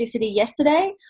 yesterday